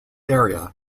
area